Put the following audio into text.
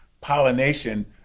pollination